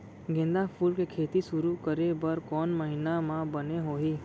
गेंदा फूल के खेती शुरू करे बर कौन महीना मा बने होही?